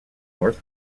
north